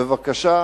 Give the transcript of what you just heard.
בבקשה,